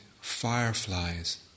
fireflies